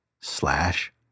slash